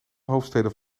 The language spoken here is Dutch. hoofdsteden